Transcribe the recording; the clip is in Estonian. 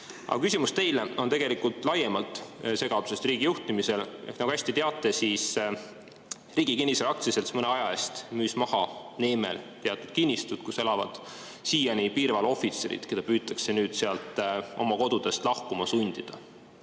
küsimus teile on tegelikult laiemalt segaduse kohta riigi juhtimisel. Nagu te hästi teate, Riigi Kinnisvara Aktsiaselts mõne aja eest müüs maha Neemel teatud kinnistud, kus elavad siiani piirivalveohvitserid, keda püütakse nüüd oma kodudest lahkuma sundida.